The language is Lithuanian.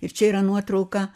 ir čia yra nuotrauka